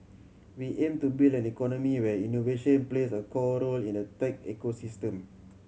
we aim to build an economy where innovation plays a core role in the tech ecosystem